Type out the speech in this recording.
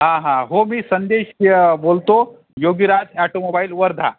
हां हां हो मी संदेश बोलतो योगीराज ॲटोमोबाईल वर्धा